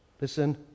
Listen